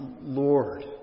Lord